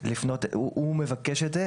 את זה,